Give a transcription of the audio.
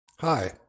Hi